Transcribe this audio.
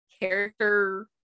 character